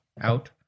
out